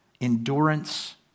endurance